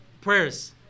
prayers